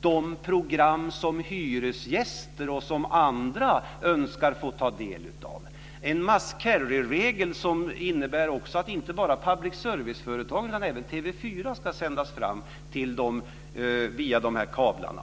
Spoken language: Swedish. de program som hyresgäster och andra önskar få ta del av, en must carry-regel som också innebär att inte bara public service-företagen utan även TV 4 ska sändas via kablarna.